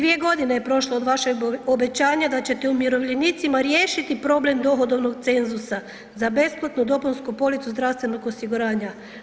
2.g. je prošlo od vašeg obećanja da ćete umirovljenicima riješiti problem dohodovnog cenzusa za besplatnu dopunsku policu zdravstvenog osiguranja.